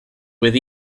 with